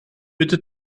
bitte